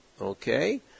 okay